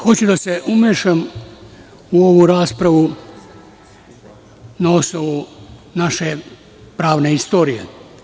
Hoću da se umešam u ovu raspravu, na osnovu naše pravne istorije.